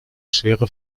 schwere